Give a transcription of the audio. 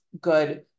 good